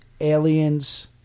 aliens